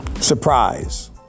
Surprise